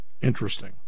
Interesting